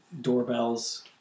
doorbells